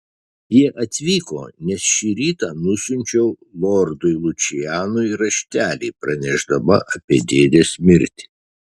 jie atvyko nes šį rytą nusiunčiau lordui lučianui raštelį pranešdama apie dėdės mirtį